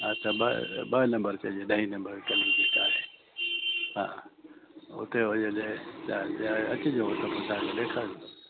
अच्छा ॿ ॿ नम्बर चइजे ॾह नम्बर गली जेका आहे हा उते वरी अचिजो त तव्हांखे ॾेखारिबो